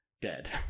dead